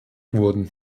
wurden